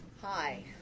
Hi